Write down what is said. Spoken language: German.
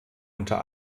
unter